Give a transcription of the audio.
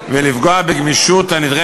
תשלומים בגין תוכנית לימודים נוספת מהפיקוח